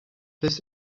this